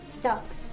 Ducks